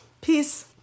peace